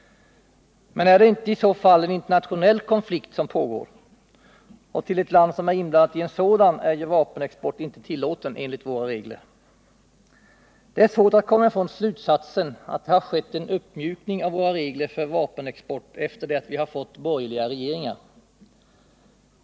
Men är det inte i så fall en internationell konflikt som pågår? Och till ett land som är inblandat i en sådan är vapenexport inte tillåten enligt våra regler. Det är svårt att komma ifrån slutsatsen att det har skett en uppmjukning av våra regler för vapenexport efter det att vi har fått borgerliga regeringar.